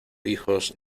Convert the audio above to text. hijos